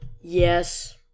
yes